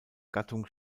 gattung